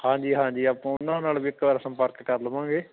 ਹਾਂਜੀ ਹਾਂਜੀ ਆਪਾਂ ਉਹਨਾਂ ਨਾਲ ਵੀ ਇੱਕ ਵਾਰ ਸੰਪਰਕ ਕਰ ਲਵਾਂਗੇ